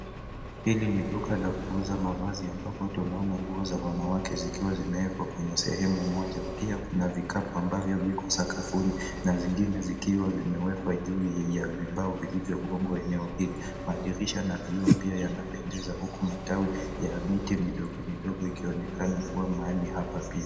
Hili ni duka la kuuza mavazi ambapo watu wanaona nguo za wanawake zikiwa zimewekwa kwenye sehemu mmoja pia kuna vikapu ambavyo viko sakafuni na zengine zikiwa zimewekwa juu ya vibao vilivyogogwa eneo hili. Madirisha na vioo pia yanapendeza pia matawi miti midogo midogo ikionekana kuwa mahali hapa pia.